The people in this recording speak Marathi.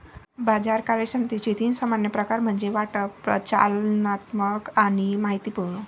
बाजार कार्यक्षमतेचे तीन सामान्य प्रकार म्हणजे वाटप, प्रचालनात्मक आणि माहितीपूर्ण